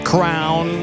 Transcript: Crown